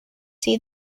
see